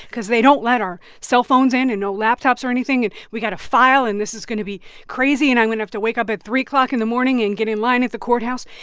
because they don't let our cellphones in and no laptops or anything. and we've got to file, and this is going to be crazy. and i'm going to have to wake up at three o'clock in the morning and get in line at the courthouse.